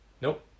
Nope